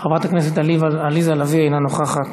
חברת הכנסת עליזה לביא, אינה נוכחת,